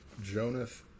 Jonath